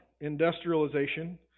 Industrialization